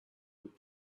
would